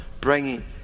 bringing